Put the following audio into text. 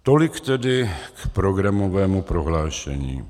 Tolik tedy k programovému prohlášení.